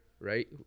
Right